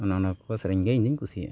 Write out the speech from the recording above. ᱚᱱᱮ ᱚᱱᱟᱠᱚ ᱥᱮᱨᱮᱧ ᱜᱮ ᱤᱧᱫᱚᱧ ᱠᱩᱥᱤᱭᱟᱜᱼᱟ